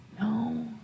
No